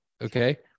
Okay